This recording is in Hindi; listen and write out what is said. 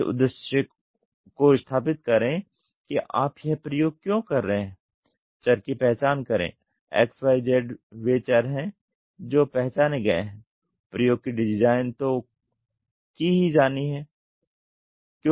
इस उद्देश्य को स्थापित करें कि आप यह प्रयोग क्यों कर रहे हैं चर की पहचान करें X Y Z वे चर हैं जो पहचाने गए हैं प्रयोग की डिजाइन तो की ही जानी हैं